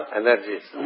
energies